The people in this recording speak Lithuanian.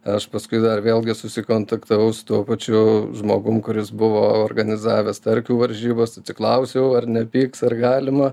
aš paskui dar vėlgi sukontaktavau su tuo pačiu žmogum kuris buvo organizavęs starkių varžybas atsiklausiau ar nepyks ar galima